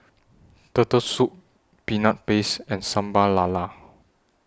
Turtle Soup Peanut Paste and Sambal Lala